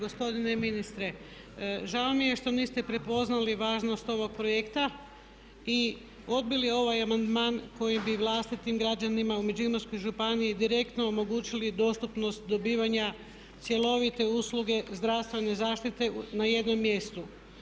Gospodine ministre žao mi je što niste prepoznali važnost ovog projekta i odbili ovaj amandman kojim bi vlastitim građanima u Međimurskoj županiji direktno omogućili dostupnost dobivanja cjelovite usluge zdravstvene zaštite na jednom mjestu.